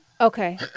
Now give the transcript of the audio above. Okay